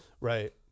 right